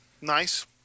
Nice